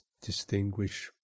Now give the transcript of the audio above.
distinguish